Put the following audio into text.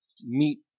meet